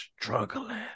struggling